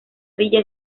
villa